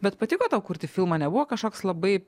bet patiko tau kurti filmą nebuvo kašoks labai